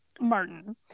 Martin